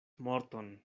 morton